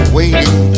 waiting